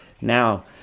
Now